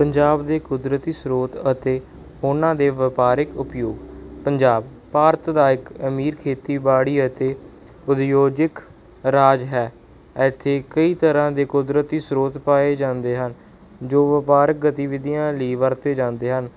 ਪੰਜਾਬ ਦੇ ਕੁਦਰਤੀ ਸਰੋਤ ਅਤੇ ਉਹਨਾਂ ਦੇ ਵਪਾਰਿਕ ਉਪਯੋਗ ਪੰਜਾਬ ਭਾਰਤ ਦਾ ਇੱਕ ਅਮੀਰ ਖੇਤੀਬਾੜੀ ਅਤੇ ਉਦਯੋਗਿਕ ਰਾਜ ਹੈ ਇੱਥੇ ਕਈ ਤਰ੍ਹਾਂ ਦੇ ਕੁਦਰਤੀ ਸਰੋਤ ਪਾਏ ਜਾਂਦੇ ਹਨ ਜੋ ਵਪਾਰਿਕ ਗਤੀਵਿਧੀਆਂ ਲਈ ਵਰਤੇ ਜਾਂਦੇ ਹਨ